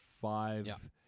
five